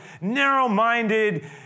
narrow-minded